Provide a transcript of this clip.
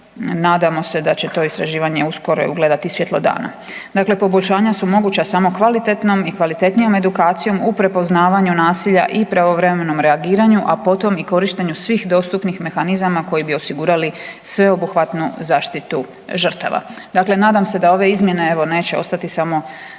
nadamo se da će to istraživanje uskoro ugledati svjetlo dana. Dakle, poboljšanja su moguća samo kvalitetnom i kvalitetnijom edukcijom u prepoznavanju nasilja i pravovremenom reagiranju, a potom i korištenju svih dostupnih mehanizama koji bi osigurali sveobuhvatnu zaštitu žrtava. Dakle, nadam se da ove izmjene neće ostati samo